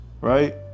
right